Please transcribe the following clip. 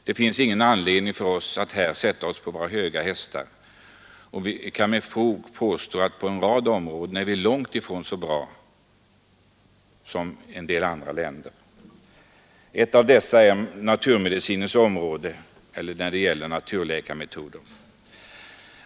Det finns ingen anledning för oss att här sätta oss på våra höga hästar, och vi kan med fog påstå att på en rad områden är vi långtifrån så bra som en del andra länder. Ett av dessa områden gäller naturmedicin eller naturläkemetoder.